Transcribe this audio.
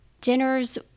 dinners